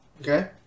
Okay